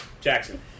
Jackson